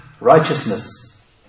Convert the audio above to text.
righteousness